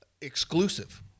exclusive